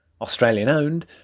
Australian-owned